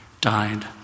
died